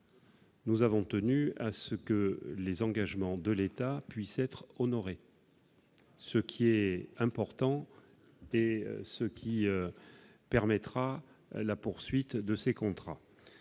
Nous avons tenu à ce que les engagements de l'État puissent être honorés. C'est important pour la poursuite de ces contrats.